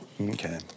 Okay